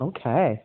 Okay